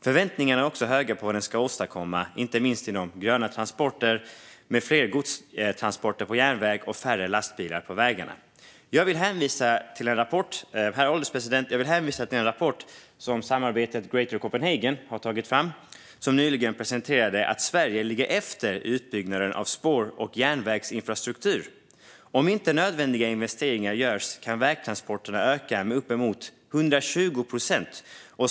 Förväntningarna är också höga på vad den ska åstadkomma inte minst inom gröna transporter, med fler godstransporter på järnväg och färre lastbilar på vägarna. Herr ålderspresident! Jag vill hänvisa till en rapport som samarbetet Greater Copenhagen har tagit fram som nyligen presenterade att Sverige ligger efter i utbyggnaden av spår och järnvägsinfrastruktur. Om nödvändiga investeringar inte görs kan vägtransporterna öka med uppemot 120 procent.